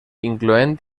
incloent